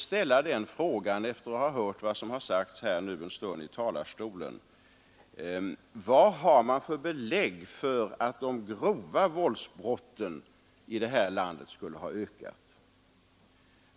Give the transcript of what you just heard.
Efter att en stund ha lyssnat på det som sagts från denna talarstol måste jag nu ställa frågan: Vad har man för belägg för påståendet att de grova våldsbrotten här i landet skulle ha ökat?